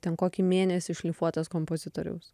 ten kokį mėnesį šlifuotas kompozitoriaus